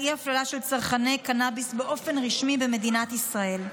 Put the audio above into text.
אי-הפללה של צרכני קנביס באופן רשמי במדינת ישראל.